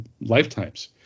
lifetimes